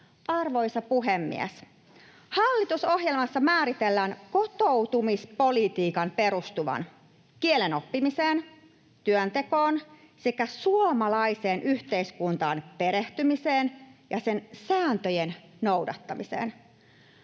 Arvoisa puhemies! Hallitusohjelmassa määritellään kotoutumispolitiikan perustuvan kielen oppimiseen, työntekoon sekä suomalaiseen yhteiskuntaan perehtymiseen ja sen sääntöjen noudattamiseen.